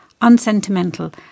unsentimental